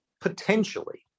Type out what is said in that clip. potentially